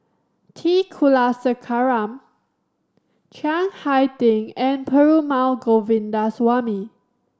T Kulasekaram Chiang Hai Ding and Perumal Govindaswamy